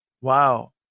Wow